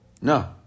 No